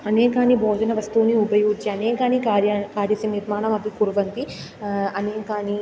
अनेकानि भोजनवस्तूनि उपयुज्य अनेकानि कार्याणि कार्यस्य निर्माणमपि कुर्वन्ति अनेकानि